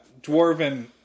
dwarven